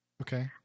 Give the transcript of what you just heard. Okay